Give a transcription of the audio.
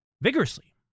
vigorously